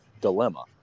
dilemma